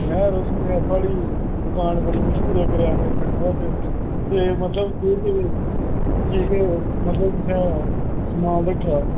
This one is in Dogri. यरो में सुनेआ थुआड़ी दुकान बड़ी मशहूर ऐ कठुआ च ते ओह् मतलब केह् केह् मतलब तुसें समेआन रक्खे दा ऐ